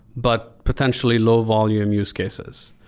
but potentially low-volume use cases.